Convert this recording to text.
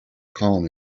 column